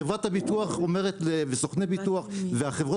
חברת הביטוח וסוכני הביטוח וחברות